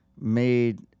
made